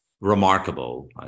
remarkable